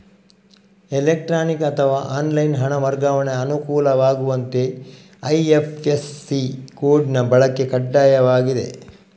electronic ಅಥವಾ online ಹಣ ವರ್ಗಾವಣೆಗೆ ಅನುಕೂಲವಾಗುವಂತೆ ಐ.ಎಫ್.ಎಸ್.ಸಿ ಕೋಡಿನ ಬಳಕೆ ಕಡ್ಡಾಯವಾಗಿದೆ